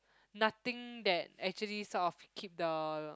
nothing that actually sort of keep the